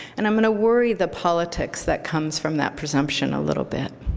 and i'm going to worry the politics that comes from that presumption a little bit.